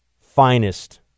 finest